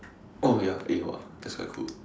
oh ya eh !wah! that's quite cool